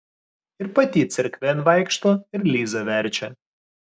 ir pati cerkvėn vaikšto ir lizą verčia